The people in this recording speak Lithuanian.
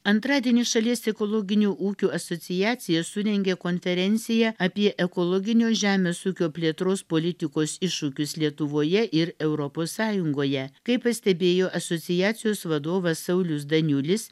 antradienį šalies ekologinių ūkių asociacija surengė konferenciją apie ekologinio žemės ūkio plėtros politikos iššūkius lietuvoje ir europos sąjungoje kaip pastebėjo asociacijos vadovas saulius daniulis